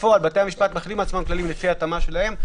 בתי המשפט מכינים לעצמם כללים לפי התאמה שלהם,